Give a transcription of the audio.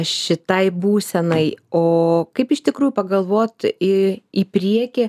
šitai būsenai o kaip iš tikrųjų pagalvot į į priekį